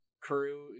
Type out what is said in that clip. Crew